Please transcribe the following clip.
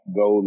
go